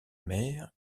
mer